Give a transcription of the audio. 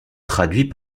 traduit